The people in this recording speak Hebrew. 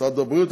במשרד הבריאות,